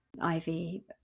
Ivy